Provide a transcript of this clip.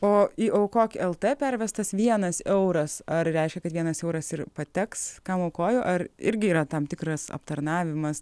o į aukok lt pervestas vienas euras ar reiškia kad vienas euras ir pateks kam aukoju ar irgi yra tam tikras aptarnavimas